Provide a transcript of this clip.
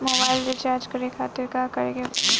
Mobile recharge करे खातिर का करे के पड़ी?